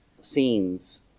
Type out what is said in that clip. scenes